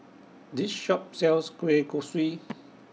This Shop sells Kueh Kosui